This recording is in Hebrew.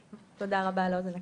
תודה רבה על האוזן הקשבת.